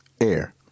Air